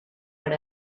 per